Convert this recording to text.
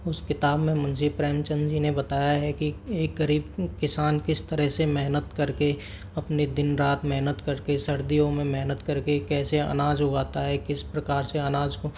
उस किताब में मुंशी प्रेमचंदजी ने बताया है कि एक गरीब किसान किस तरह से महनत करके अपने दिन रात महनत करके सर्दियों में महनत करके कैसे अनाज उगाता है किस प्रकार से अनाज को